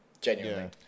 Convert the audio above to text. Genuinely